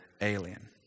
alien